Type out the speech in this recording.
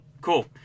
Cool